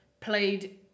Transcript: played